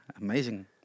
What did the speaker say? amazing